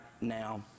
now